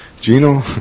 Gino